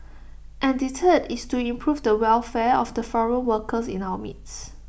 and the third is to improve the welfare of the foreign workers in our midst